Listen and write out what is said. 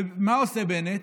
ומה עושה בנט?